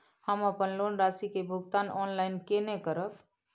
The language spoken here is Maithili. हम अपन लोन राशि के भुगतान ऑनलाइन केने करब?